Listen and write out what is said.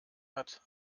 hat